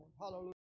Hallelujah